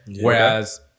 Whereas